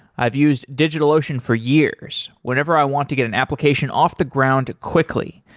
i've used digitalocean for years whenever i want to get an application off the ground quickly,